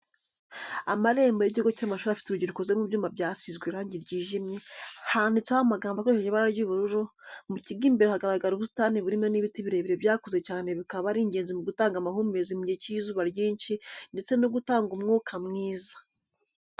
Amarembo y'ikigo cy'amashuri afite urugi rukoze mu byuma byasizwe irangi ryijimye, handitseho amagambo akoreshejwe ibara ry'ubururu, mu kigo imbere hagaragara ubusitani burimo n'ibiti birebire byakuze cyane bikaba ari ingenzi mu gutanga amahumbezi mu gihe cy'izuba ryinshi ndetse no gutanga umwuka mwiza.